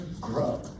grow